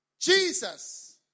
Jesus